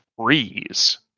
freeze